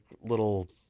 little